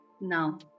now